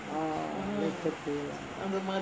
oh later pay lah